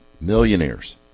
millionaires